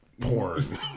porn